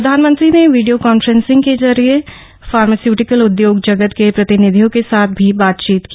प्रधानमंत्री ने video conferencing के जरिये फार्मास्यूटिकल उदयोग जगत के प्रतिनिधियों के साथ भी बातचीत की